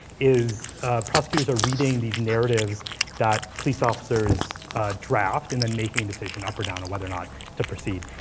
is prosecutors are reading these narratives that police officers draft and then making a decision up or down or whether or not to proceed.